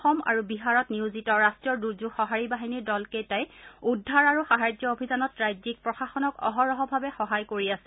অসম আৰু বিহাৰত নিয়োজিত ৰাষ্টীয় দুৰ্যোগ সঁহাৰি বাহিনীৰ দলকেইটাই উদ্ধাৰ আৰু সাহায্য অভিযানত ৰাজ্যিক প্ৰশাসনক অহৰহ সহায় কৰি আছে